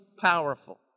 powerful